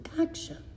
action